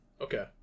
Okay